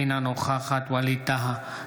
אינה נוכחת ווליד טאהא,